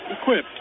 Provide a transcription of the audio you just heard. equipped